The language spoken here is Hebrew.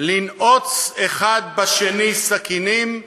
לנעוץ אחד בשני סכינים ושיניים.